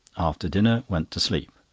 after dinner, went to sleep.